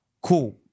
cool